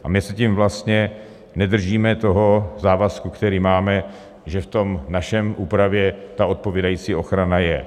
A my se tím vlastně nedržíme toho závazku, který máme, že v naší úpravě ta odpovídající ochrana je.